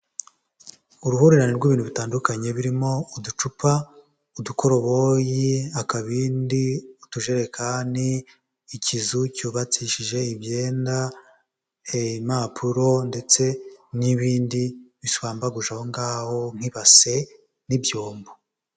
Uruhurirane rw'ibintu bitandukanye birimo uducupa, udukoroboyi, akabindi, utujerekani, ikizu cyubakishije imyenda, impapuro ndetse n'ibindi bishwambaguje ahongaho nk'inkibase n'ibyombo.